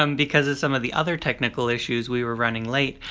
um because of some of the other technical issues, we were running late,